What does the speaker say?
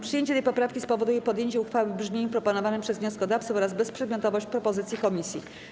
Przyjęcie tej poprawki spowoduje podjęcie uchwały w brzmieniu proponowanym przez wnioskodawców oraz bezprzedmiotowość propozycji komisji.